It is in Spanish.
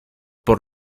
por